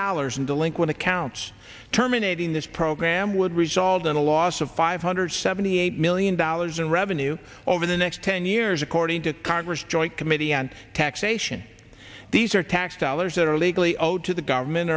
dollars in delinquent accounts terminating this program would result in a loss of five hundred seventy eight million dollars in revenue over the next ten years according to congress joint committee on taxation these are tax dollars that are legally owed to the government